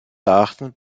erachtens